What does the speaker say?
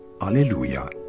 alleluia